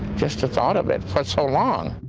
just the thought of it, for so long.